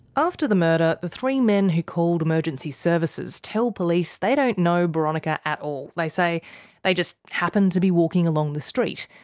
after the murder, the three men who called emergency services tell police they don't know boronika at all they say they just happened to be walking along the street.